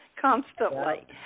constantly